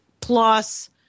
Plus